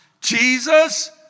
Jesus